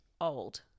old